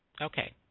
Okay